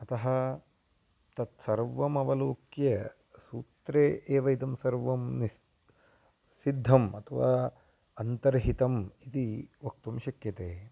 अतः तत्सर्वमवलोक्य सूत्रे एव इदं सर्वं निशिद्धम् अथवा अन्तर्हितम् इति वक्तुं शक्यते